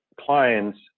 clients